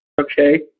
Okay